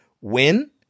win